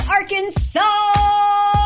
Arkansas